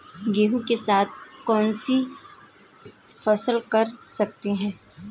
गेहूँ के साथ कौनसी फसल कर सकते हैं?